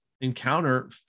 encounter